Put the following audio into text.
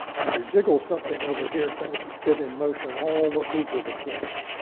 when you jiggle something over here, things get in motion all over the place.